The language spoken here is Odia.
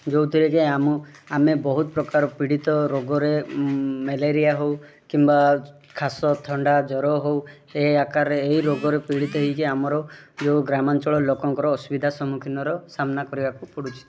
ଯେଉଁଥିରେ ଯେ ଆମ ଆମେ ବହୁତ ପ୍ରକାର ପୀଡ଼ିତ ରୋଗରେ ମ୍ୟାଲେରିଆ ହଉ କିମ୍ବା କାଶ ଥଣ୍ଡା ଜ୍ବର ହଉ ଏ ଆକାରରେ ଏଇ ରୋଗରେ ପୀଡ଼ିତ ହେଇକି ଆମର ଯେଉଁ ଗ୍ରାମାଞ୍ଚଳ ଲୋକମାନଙ୍କର ଅସୁବିଧା ସମ୍ମୁଖୀନର ସାମ୍ନା କରିବାକୁ ପଡ଼ୁଛି